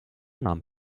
nahm